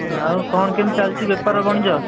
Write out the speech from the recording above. ନାଁ ଆଉ କ'ଣ କେମିତି ଚାଲିଛି ବେପାର ବଣିଜ